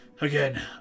Again